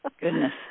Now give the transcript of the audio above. Goodness